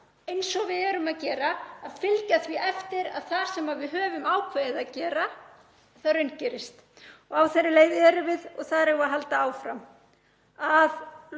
eins og við erum að gera, að fylgja því eftir að það sem við höfum ákveðið að gera raungerist og á þeirri leið erum við og þar eigum við að halda áfram.